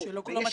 ממש בקצרה.